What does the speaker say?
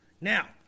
Now